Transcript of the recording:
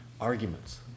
arguments